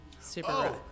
Super